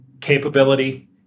capability